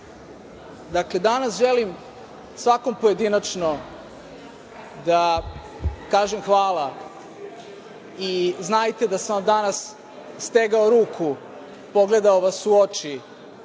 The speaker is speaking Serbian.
Dakle, danas želim svakom pojedinačno da kažem hvala i znajte da sam vam danas stegao ruku, pogledao vas u oči